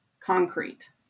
concrete